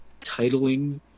titling